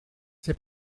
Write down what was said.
c’est